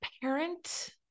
parent